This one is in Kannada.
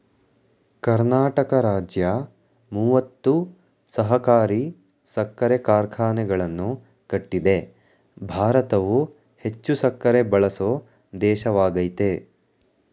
ಕರ್ನಾಟಕ ರಾಜ್ಯ ಮೂವತ್ತು ಸಹಕಾರಿ ಸಕ್ಕರೆ ಕಾರ್ಖಾನೆಗಳನ್ನು ಕಟ್ಟಿದೆ ಭಾರತವು ಹೆಚ್ಚು ಸಕ್ಕರೆ ಬಳಸೋ ದೇಶವಾಗಯ್ತೆ